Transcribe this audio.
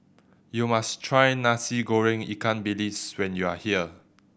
you must try Nasi Goreng ikan bilis when you are here